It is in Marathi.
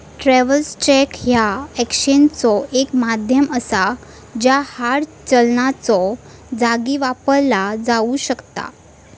ट्रॅव्हलर्स चेक ह्या एक्सचेंजचो एक माध्यम असा ज्या हार्ड चलनाच्यो जागी वापरला जाऊ शकता